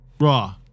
Raw